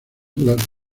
las